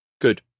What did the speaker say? Good